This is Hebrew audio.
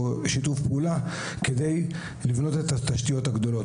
שיתוף פעולה כדי לבנות את התשתיות הגדולות.